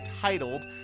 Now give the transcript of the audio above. titled